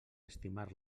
estimar